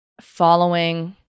following